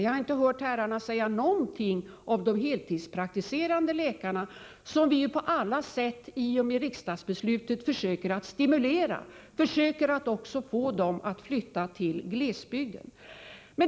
Jag har inte hört herrarna säga någonting om de heltidspraktiserande läkarna, som vi på alla sätt i och med riksdagsbeslutet försöker stimulera och få att flytta till glesbygden.